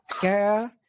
Girl